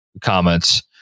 comments